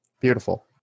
beautiful